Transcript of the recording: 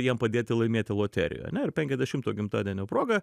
jam padėti laimėti loterijoj ane ir penkiadešimto gimtadienio proga